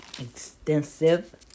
extensive